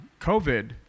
COVID